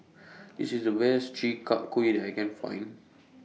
This IS The Best Chi Kak Kuih that I Can Find